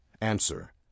Answer